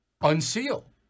unseal